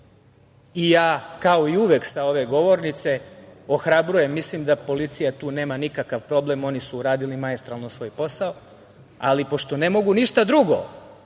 kao i uvek sa ove govornice ohrabrujem, mislim da policija tu nema nikakav problem, oni su uradili maestralno svoj posao, ali pošto ne mogu ništa drugo,